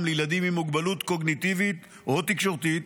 לילדים עם מוגבלות קוגניטיבית או תקשורתית